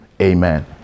amen